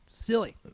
Silly